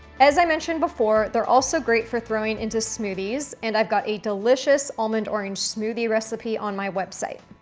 as i mentioned before, they are also great for throwing into smoothies, and i've got a delicious almond orange smoothie recipe on my website.